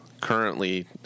currently